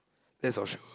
that's for sure